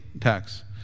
tax